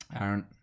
Aaron